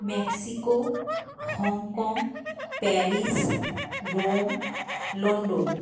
Mexico Hong Kong Paris Rome London